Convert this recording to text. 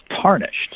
tarnished